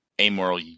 amoral